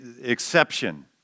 exception